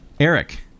Eric